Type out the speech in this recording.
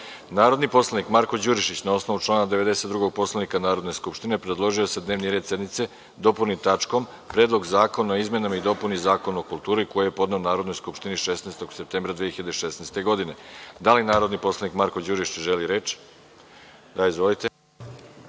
predlog. Narodni poslanik Marko Đurišić, na osnovu člana 92. Poslovnika Narodne skupštine, predložio je da se dnevni red sednice dopuni tačkom - Predlog zakona o izmenama i dopunama Zakona o kulturi, koji je podneo Narodnoj skupštini 16. septembra 2016. godine. Da li narodni poslanik Marko Đurišić, želi reč? (Da.)Izvolite.